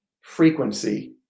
frequency